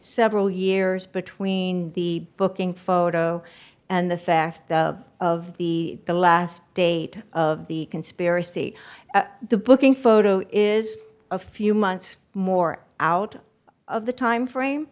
several years between the booking photo and the fact of the the last date of the conspiracy the booking photo is a few months more out of the time frame